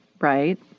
Right